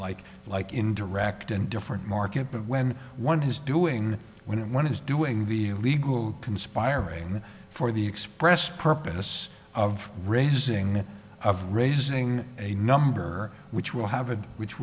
like like in direct and different market but when one who's doing one is doing the legal conspiring for the express purpose of raising of raising a number which will have a which